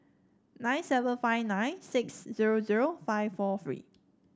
nine seven five nine six zero zero five four three